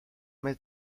mes